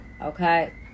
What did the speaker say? okay